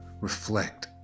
reflect